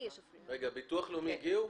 לא הצלחתי להבין.